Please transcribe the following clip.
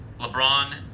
LeBron